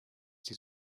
die